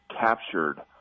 captured